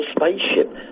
spaceship